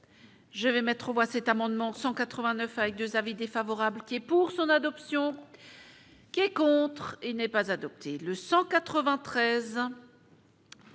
Je vais mettre aux voix cet amendement avec 2 avis défavorables qui est pour son adoption. Qui est contre, il n'est pas adopté toujours